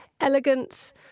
elegance